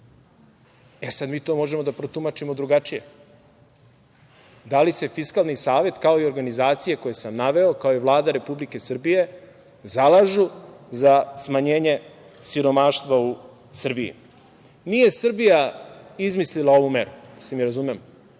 E sada, mi to možemo da protumačimo drugačije. Da li se Fiskalni savet, kao i organizacije koje sam naveo, kao i Vlada Republike Srbije zalažu za smanjenje siromaštva u Srbiji? Nije Srbija izmislila ovu meru, da se mi razumemo,